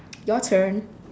your turn